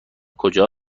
کجا